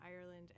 Ireland